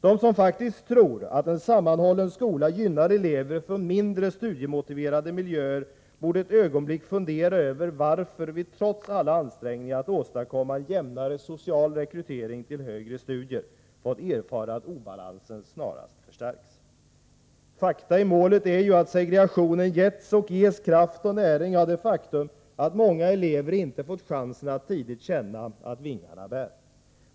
De som faktiskt tror att en sammanhållen skola gynnar elever från mindre studiemotiverade miljöer borde ett ögonblick fundera över varför vi trots alla ansträngningar att åstadkomma en jämnare social rekrytering till högre studier fått erfara att obalansen snarast förstärkts. Fakta i målet är ju att segregationen getts och ges kraft och näring av det faktum att många elever inte fått chansen att tidigt känna att vingarna bär.